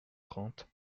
trente